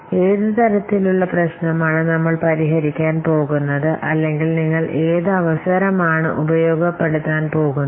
അതിനാൽ ഏത് തരത്തിലുള്ള പ്രശ്നമാണ് നമ്മൾ പരിഹരിക്കാൻ പോകുന്നത് അല്ലെങ്കിൽ നിങ്ങൾ ഏത് അവസരമാണ് ഉപയോഗപ്പെടുത്താൻ പോകുന്നത്